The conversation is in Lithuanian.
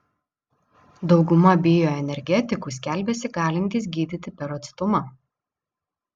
dauguma bioenergetikų skelbiasi galintys gydyti per atstumą